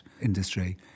industry